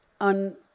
on